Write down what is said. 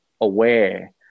aware